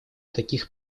таких